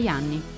anni